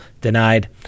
denied